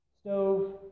stove